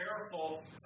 careful